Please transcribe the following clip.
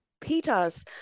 Peter's